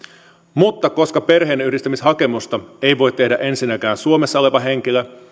mutta koska perheenyhdistämishakemusta ei voi tehdä ensinnäkään suomessa oleva henkilö